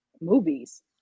movies